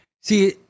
See